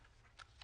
הצהרת עוסק פטור),